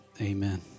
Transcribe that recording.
Amen